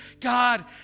God